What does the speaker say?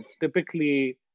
typically